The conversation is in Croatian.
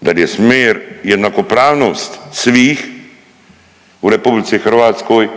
Da li je smjer jednakopravnost svih u RH, da li je puno